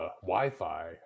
Wi-Fi